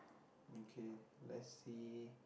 okay let's see